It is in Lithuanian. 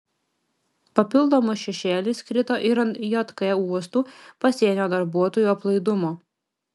papildomas šešėlis krito ir ant jk uostų pasienio darbuotojų aplaidumo